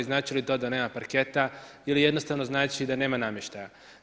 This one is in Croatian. Znači li to da nema parketa ili jednostavno znači da nema namještaja?